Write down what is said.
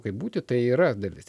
kaip būti tai yra dalis